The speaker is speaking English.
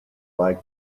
like